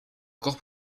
encore